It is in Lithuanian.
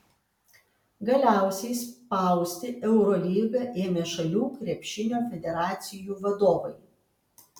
galiausiai spausti eurolygą ėmė šalių krepšinio federacijų vadovai